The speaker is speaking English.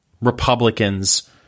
Republicans